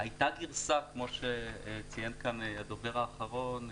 הייתה גרסה, כמו שציין כאן הדובר האחרון,